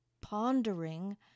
pondering